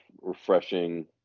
refreshing